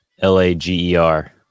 L-A-G-E-R